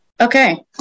Okay